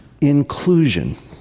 inclusion